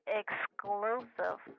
exclusive